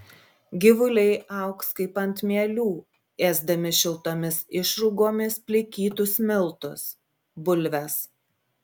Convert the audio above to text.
gyvuliai augs kaip ant mielių ėsdami šiltomis išrūgomis plikytus miltus bulves